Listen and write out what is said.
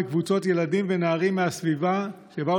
הן מקבוצות ילדים ונערים מהסביבה שבאו